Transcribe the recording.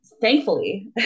thankfully